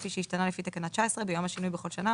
כפי שהשתנה לפי תקנה 19 ביום השינוי בכל שנה,